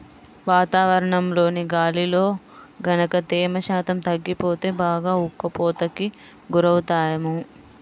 వాతావరణంలోని గాలిలో గనక తేమ శాతం తగ్గిపోతే బాగా ఉక్కపోతకి గురవుతాము